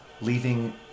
leaving